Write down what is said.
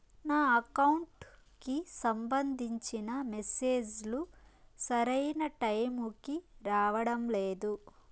నా అకౌంట్ కి సంబంధించిన మెసేజ్ లు సరైన టైముకి రావడం లేదు